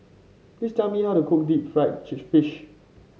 please tell me how to cook Deep Fried Fish